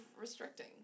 restricting